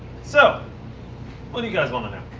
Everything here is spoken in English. so what do you guys want to know?